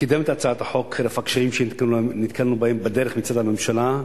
שקידם את הצעת החוק על אף הקשיים שנתקלנו בהם בדרך מצד הממשלה,